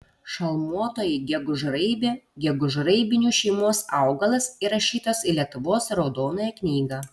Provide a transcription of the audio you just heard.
šalmuotoji gegužraibė gegužraibinių šeimos augalas įrašytas į lietuvos raudonąją knygą